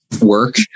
work